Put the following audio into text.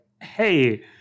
hey